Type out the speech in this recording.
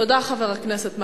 תודה, חבר הכנסת מקלב.